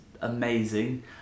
amazing